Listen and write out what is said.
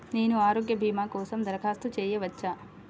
నేను ఆరోగ్య భీమా కోసం దరఖాస్తు చేయవచ్చా?